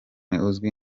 uzwi